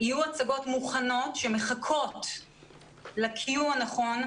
יהיו הצגות מוכנות שמחכות לקיום הנכון,